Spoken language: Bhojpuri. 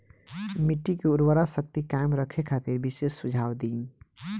मिट्टी के उर्वरा शक्ति कायम रखे खातिर विशेष सुझाव दी?